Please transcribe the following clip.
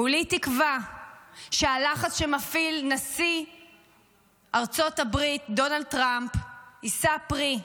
כולי תקווה שהלחץ שמפעיל נשיא ארצות הברית דונלד טראמפ יישא פרי,